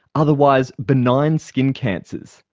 otherwise benign skin cancers,